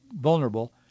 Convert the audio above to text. vulnerable